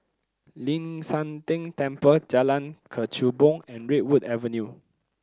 Ling San Teng Temple Jalan Kechubong and Redwood Avenue